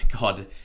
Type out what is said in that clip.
God